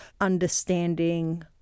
understanding